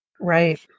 Right